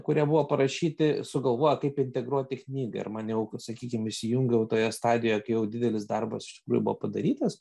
kurie buvo parašyti sugalvojo kaip integruot į knygą ir man jau sakykim įsijungiau toje stadijoj kai jau didelis darbas iš tikrųjų buvo padarytas